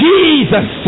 Jesus